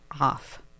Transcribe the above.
off